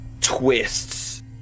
twists